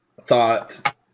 thought